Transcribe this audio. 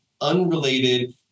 unrelated